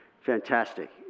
Fantastic